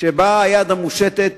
כשבאה היד המושטת